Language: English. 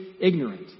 ignorant